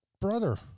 brother